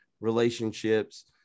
relationships